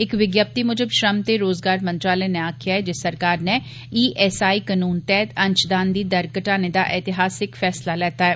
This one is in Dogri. इक विक्षप्ति मूजब श्रम ते रोज़गार मंत्रालय नै आक्खेआ ऐ जे सरकार नै ईएसआई कनून तैह्त अंशदान दी दर घटाने दा ऐतिहासिक फैसला लैता ऐ